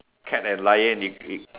cat and lion you you